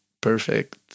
perfect